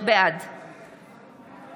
בעד